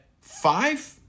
five